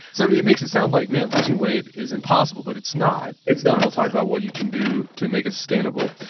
so it makes it sound like man, losing weight is impossible, but it's not it's not, no and we'll talk about what you can do to make it sustainable.